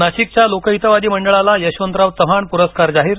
नाशिकच्या लोकहितवादी मंडळाला यशवंतराव चव्हाण पूरस्कार जाहीर